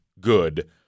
good